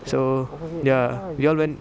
so ya we all went